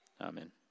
Amen